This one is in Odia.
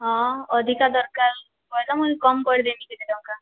ହଁ ଅଧିକା ଦରକାର୍ କହିଲେ ମୁଇଁ କମ୍ କରି ଦେମି କେତେ ଟଙ୍କା